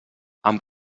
amb